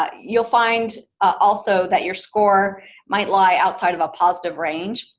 ah you'll find also that your score might lie outside of a positive range,